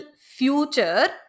future